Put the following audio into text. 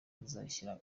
bazashyira